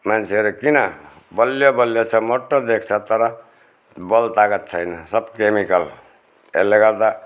मान्छेहरू किन बलियो बलियो छ मोटो देख्छ तर बल तागत छैन सब केमिकल यसले गर्दा